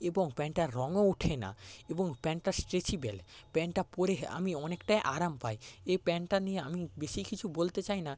এবং প্যান্টটার রঙও ওঠে না এবং প্যান্টটা স্ট্রেচেবেল প্যান্টটা পরে আমি অনেকটাই আরাম পাই এ প্যান্টটা নিয়ে আমি বেশি কিছু বলতে চাই না